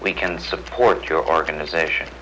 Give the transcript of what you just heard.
we can support your organization